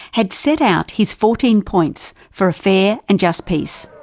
had set out his fourteen points for a fair and just peace.